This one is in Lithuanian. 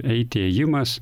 eiti ėjimas